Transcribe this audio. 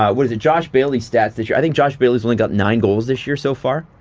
ah what is it, josh bailey stats this year. i think josh bailey's only got nine goals this year so far.